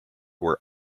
were